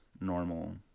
normal